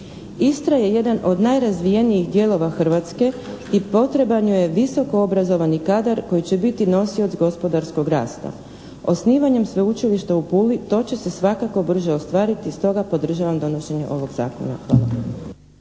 Istra je jedan od najrazvijenijih dijelova Hrvatske i potreban joj je visokoobrazovani kadar koji će biti nosioc gospodarskog rasta. Osnivanjem Sveučilišta u Puli to će se svakako brže ostvariti i stoga podržavam donošenje ovog zakona. Hvala.